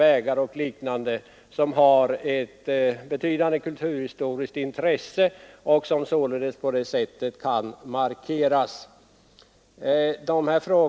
Sådana lämningar har ett betydande kulturhistoriskt intresse, och de skulle således på detta sätt kunna markeras.